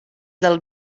del